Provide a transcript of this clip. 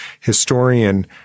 historian